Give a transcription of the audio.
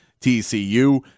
TCU